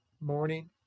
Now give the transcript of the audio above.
morning